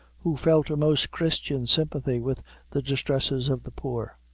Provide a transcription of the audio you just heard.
who felt a most christian sympathy with the distresses of the poor.